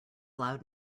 loud